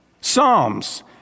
Psalms